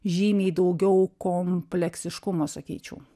žymiai daugiau kompleksiškumo sakyčiau